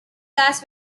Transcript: las